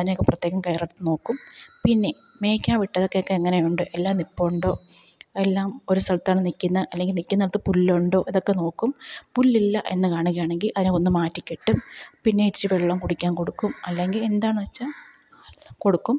അതിനെയൊക്കെ പ്രത്യേകം കെയറെടുത്ത് നോക്കും പിന്നെ മേക്കാൻ വിട്ടതെക്കൊക്കെ എങ്ങനെയുണ്ട് എല്ലാം നില്പുണ്ടോ എല്ലാം ഒരു സ്ഥലത്താണോ നില്ക്കുന്നത് അല്ലെങ്കില് നില്ക്കുന്നിടത്ത് പുല്ലുണ്ടോ ഇതൊക്കെ നോക്കും പുല്ലില്ല എന്ന് കാണുകയാണെങ്കില് അതിനെ ഒന്ന് മാറ്റിക്കെട്ടും പിന്നെ ഇച്ചിരി വെള്ളം കുടിക്കാൻ കൊടുക്കും അല്ലെങ്കില് എന്താന്നുവച്ചാല് കൊടുക്കും